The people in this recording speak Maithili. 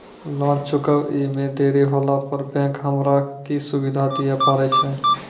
लोन चुकब इ मे देरी होला पर बैंक हमरा की सुविधा दिये पारे छै?